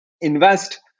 invest